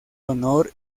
honor